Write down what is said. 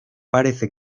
parece